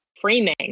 framing